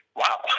wow